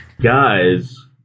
guys